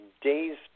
days